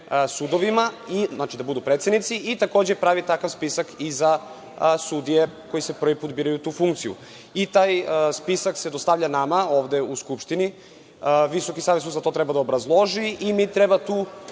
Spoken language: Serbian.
sudovima da budu predsednici i takođe prave takav spisak i za sudije koje se prvi put biraju na tu funkciju. Taj spisak se dostavlja nama ovde u Skupštini, VSS to treba da obrazloži i mi treba to